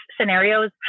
scenarios